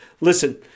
Listen